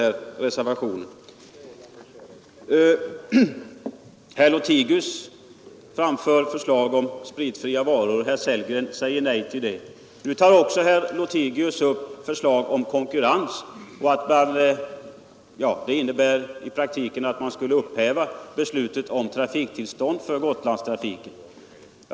Nr 103 Herr Lothigius framför förslag om skattefri sprit, och herr Sellgren Tisdagen den säger nej till detta. Nu tar herr Lothigius också upp ett förslag om 29 maj 1973 konkurrens. Det skulle i praktiken innebära att man upphäver beslutet om tillstånd för Gotlandstrafiken.